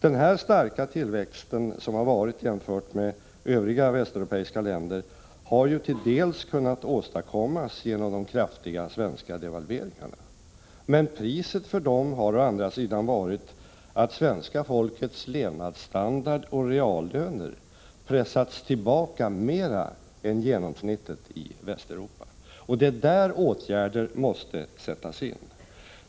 Den starka tillväxten i Sverige, jämfört med övriga västeuropeiska länder, har till dels åstadkommits genom de kraftiga svenska devalveringarna. Men priset för dem har å andra sidan varit att svenska folkets levnadsstandard och reallöner pressats tillbaka mera än genomsnittet i Västeuropa, och det är där åtgärder måste sättas in.